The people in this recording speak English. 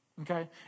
Okay